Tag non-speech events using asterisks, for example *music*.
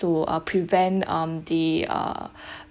to uh prevent um the err *breath*